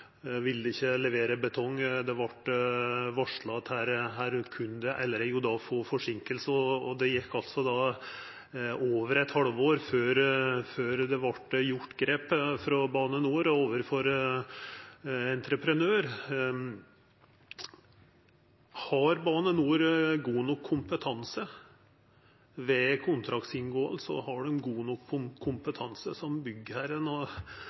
ville ikkje levera betong, og det vart varsla at ein kunne få forseinkingar. Det gjekk altså over eit halvt år før det vart teke grep av Bane NOR overfor entreprenøren. Har Bane NOR god nok kompetanse når kontraktar vert inngått, og har dei god nok kompetanse som byggherre når slikt kan dra ut i tid, og